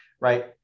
right